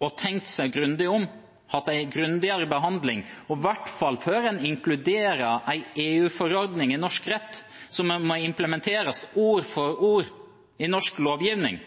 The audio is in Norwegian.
å tenke seg grundig om og hatt en grundigere behandling, og i hvert fall før en inkluderer en EU-forordning i norsk rett som må implementeres ord for ord i norsk lovgivning.